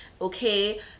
okay